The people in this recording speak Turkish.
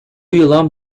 yılan